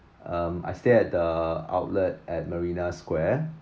um I stay at the outlet at marina square